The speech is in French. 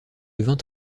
devint